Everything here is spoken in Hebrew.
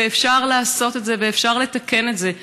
ואפשר לעשות את זה ואפשר לתקן את זה.